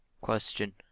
question